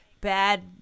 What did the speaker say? bad